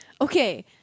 Okay